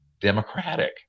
democratic